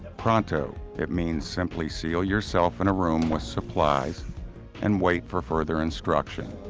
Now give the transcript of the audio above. pronto! it means simply seal yourself in a room with supplies and wait for further instruction.